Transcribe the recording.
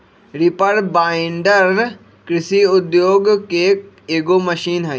reaper binder कृषि उद्योग के एगो मशीन हई